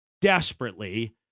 Desperately